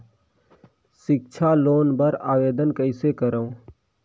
सिक्छा लोन बर आवेदन कइसे करव?